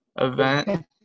event